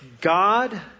God